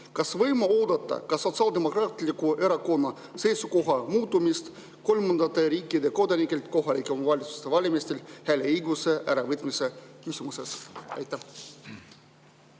kas võime oodata ka Sotsiaaldemokraatliku Erakonna seisukoha muutumist kolmandate riikide kodanikelt kohalike omavalitsuste valimistel hääleõiguse äravõtmise küsimuses? Aitäh,